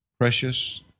precious